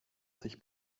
sich